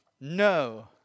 No